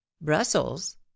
brussels